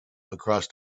across